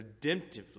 redemptively